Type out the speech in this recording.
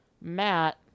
Matt